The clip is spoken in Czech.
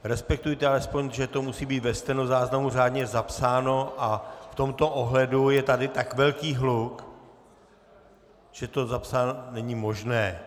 Respektujte alespoň, že to musí být ve stenozáznamu řádně zapsáno, a v tomto ohledu je tady tak velký hluk, že to zapsat není možné.